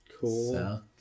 Cool